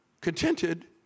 contented